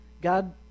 God